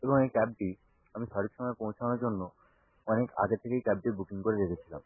এবং এই ক্যাবটি আমি সঠিক সময় পৌঁছানোর জন্য অনেক আগে থেকেই ক্যাবটি বুকিং করে রেখেছিলাম